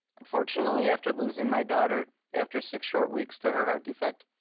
unfortunately, after losing my daughter after six short weeks to her heart defect,